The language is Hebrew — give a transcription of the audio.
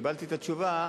כשקיבלתי את התשובה,